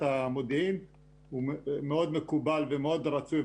המודיעין הוא מאוד מקובל ומאוד רצוי,